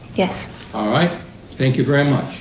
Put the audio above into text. yes thank you very much.